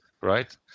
right